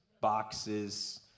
boxes